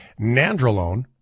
Nandrolone